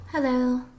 Hello